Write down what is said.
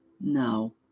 No